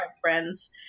friends